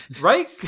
right